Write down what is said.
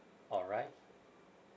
all right